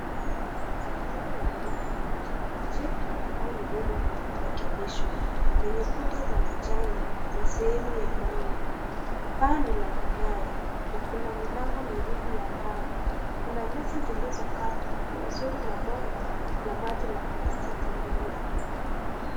Jengo la gorofa moja jipya au lililorekebishwa lenye kuta za manjano, na sehemu ya mawe ambayo ni la vigae na milango mbili ya mbao, kuna nyasi zilizokatwa vizuri na bomba la plastic mbele.